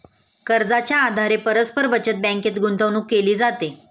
कर्जाच्या आधारे परस्पर बचत बँकेत गुंतवणूक केली जाते